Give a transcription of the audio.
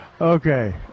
Okay